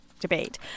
Debate